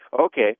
Okay